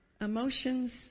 emotions